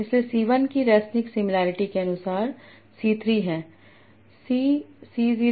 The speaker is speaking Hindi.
इसलिए C1 की रेसनिक सिमिलॅरिटी के अनुसार C 3 है I C C 0